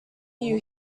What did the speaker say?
you